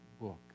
book